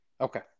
Okay